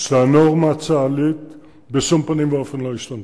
שהנורמה הצה"לית בשום פנים ואופן לא השתנתה,